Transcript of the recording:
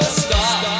stop